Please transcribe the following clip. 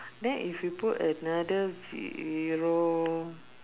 then if you put another zero